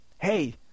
Hey